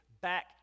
Back